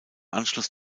anschluss